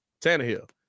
Tannehill